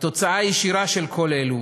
התוצאה הישירה של כל אלו,